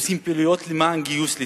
שעושה פעולות למען גיוס לצה"ל,